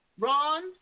Ron